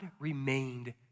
remained